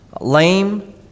Lame